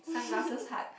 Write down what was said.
Sunglasses Hut